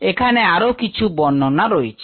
এখানে আরো কিছু বর্ণনা রয়েছে